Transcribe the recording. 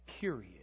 period